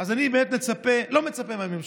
אז אני באמת לא מצפה מהממשלה,